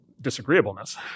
disagreeableness